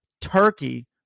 Turkey